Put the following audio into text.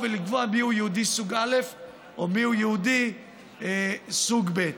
לקבוע מי הוא יהודי סוג א' או מי הוא יהודי סוג ב'.